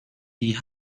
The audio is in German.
die